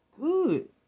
good